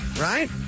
Right